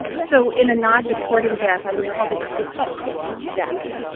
so in a nod to courting death, i would call this disowning death.